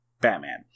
Batman